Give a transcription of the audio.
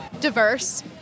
diverse